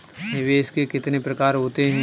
निवेश के कितने प्रकार होते हैं?